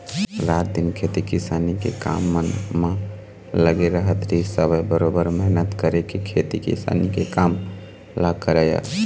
रात दिन खेती किसानी के काम मन म लगे रहत रहिस हवय बरोबर मेहनत करके खेती किसानी के काम ल करय